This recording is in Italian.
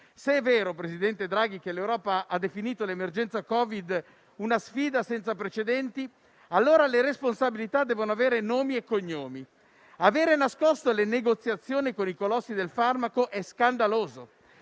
Se è vero, presidente Draghi, che l'Europa ha definito l'emergenza Covid una sfida senza precedenti, allora le responsabilità devono avere nomi e cognomi. Avere nascosto le negoziazioni con i colossi del farmaco è scandaloso.